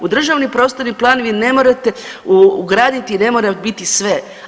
U državni prostorni plan vi ne morate ugraditi i ne mora biti sve.